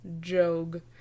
joke